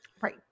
Right